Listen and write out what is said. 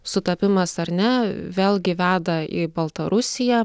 sutapimas ar ne vėlgi veda į baltarusiją